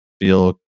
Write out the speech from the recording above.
feel